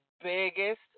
biggest